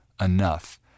enough